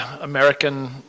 American